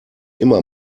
immer